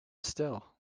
still